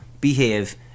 behave